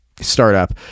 startup